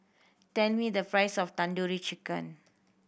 tell me the price of Tandoori Chicken